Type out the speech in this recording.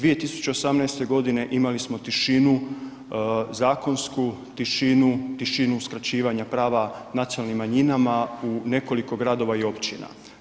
2018. imali smo tišinu, zakonsku tišinu, tišinu uskraćivanja prava nacionalnim manjinama u nekoliko gradova i općina.